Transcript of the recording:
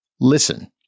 listen